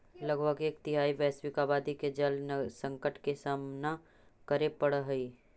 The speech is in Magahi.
लगभग एक तिहाई वैश्विक आबादी के जल संकट के सामना करे पड़ऽ हई